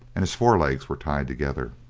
and his forelegs were tied together.